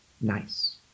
Nice